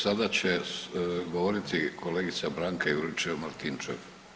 Sada će govoriti kolegica Branka Juričev Martinčev.